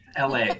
LA